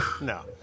No